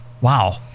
Wow